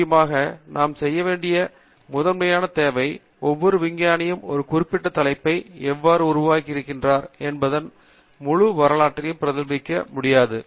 முக்கியமாக நாம் செய்ய வேண்டிய முதன்மையான தேவை ஒவ்வொரு விஞ்ஞானியும் ஒரு குறிப்பிட்ட தலைப்பை எவ்வாறு உருவாகியிருக்கிறது என்பதன் முழு வரலாற்றையும் பிரதிபலிக்க முடியாது